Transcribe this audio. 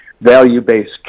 value-based